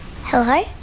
Hello